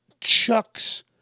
chucks